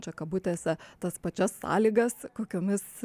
čia kabutėse tas pačias sąlygas kokiomis